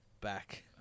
back